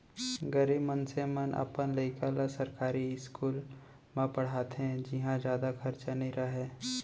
गरीब मनसे मन अपन लइका ल सरकारी इस्कूल म पड़हाथे जिंहा जादा खरचा नइ रहय